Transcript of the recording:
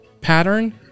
pattern